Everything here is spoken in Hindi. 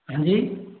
हाँ जी